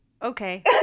Okay